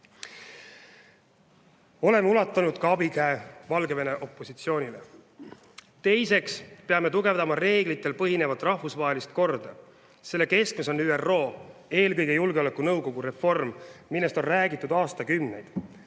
Oleme ulatanud abikäe Valgevene opositsioonile. Teiseks peame tugevdama reeglitel põhinevat rahvusvahelist korda. Selle keskmes on ÜRO, eelkõige julgeolekunõukogu reform, millest on räägitud aastakümneid.